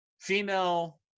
female